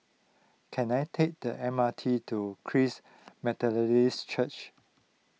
can I take the M R T to Christ Methodist Church